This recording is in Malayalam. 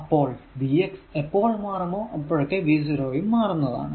എപ്പോൾ vx എപ്പോൾ മാറുമോ അപ്പോൾ ഒക്കെ v0 യും മാറുന്നതാണ്